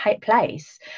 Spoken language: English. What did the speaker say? place